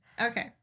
Okay